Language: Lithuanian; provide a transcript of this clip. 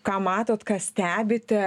ką matot ką stebite